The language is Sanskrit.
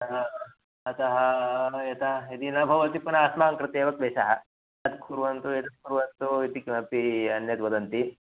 अतःअतः यतः यदि न भवति पुनः अस्माकं कृते एव क्लेशः तत् कुर्वन्तु एतत् कुर्वन्तु इति किमपि अन्यद्वदन्ति